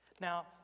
Now